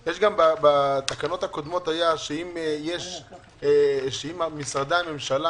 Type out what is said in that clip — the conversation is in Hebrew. בתקנות הקודמות היה שאם משרדי הממשלה,